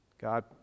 God